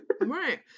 Right